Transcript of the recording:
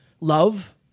love